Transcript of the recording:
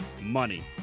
money